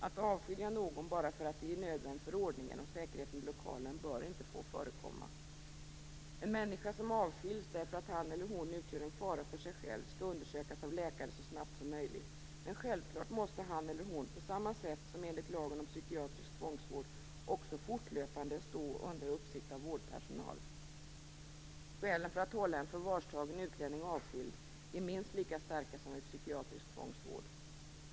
Att avskilja någon bara för att det är nödvändigt för ordningen och säkerheten i lokalen bör inte få förekomma. En människa som avskiljs därför att han eller hon utgör en fara för sig själv skall undersökas av läkare så snabbt som möjligt. Men självfallet måste han eller hon på samma sätt som enligt lagen om psykiatrisk tvångsvård också fortlöpande stå under uppsikt av vårdpersonal. Skälen för att hålla en förvarstagen utlänning avskild är minst lika starka som vid psykiatrisk tvångsvård.